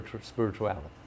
spirituality